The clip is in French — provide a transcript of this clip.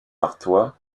artois